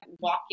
walking